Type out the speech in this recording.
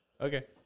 Okay